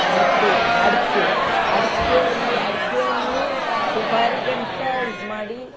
ಮತ್ತು ಅಡಿಕೆ ಅಡಿಕೆಯಲ್ಲಿ ಅಡಿಕೆಯನ್ನು ಸುಪಾರಿಗೆಂತ ಇದು ಮಾಡಿ